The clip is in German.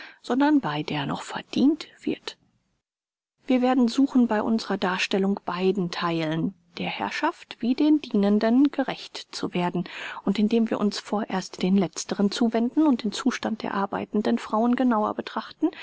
sondern bei der noch verdient wird wir werden suchen bei unserer darstellung beiden theilen der herrschaft wie den dienenden gerecht zu werden und indem wir uns vorerst den letzteren zuwenden und den zustand der arbeitenden frauen genauer betrachten